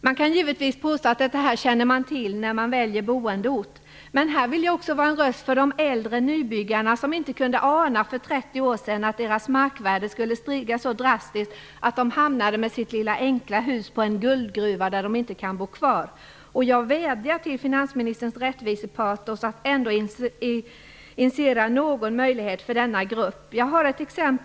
Man kan givetvis påstå att människor känner till detta när de väljer boendeort, men här vill jag också vara en röst för de äldre nybyggarna som inte kunde ana för 30 år sedan att markvärdet skulle stiga så drastiskt att deras lilla enkla hus skulle visa sig vara en guldgruva där de inte kan bo kvar. Jag vädjar till finansministerns rättvisepatos att ändå initiera någon möjlighet för denna grupp. Jag har ett exempel här.